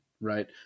right